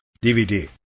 DVD